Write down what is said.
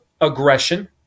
aggression